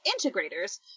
integrators